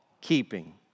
keeping